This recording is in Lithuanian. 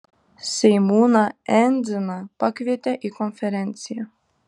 seimūną endziną pakvietė į konferenciją